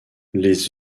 les